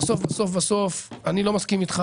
בסוף בסוף אני לא מסכים איתך.